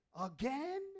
again